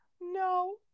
No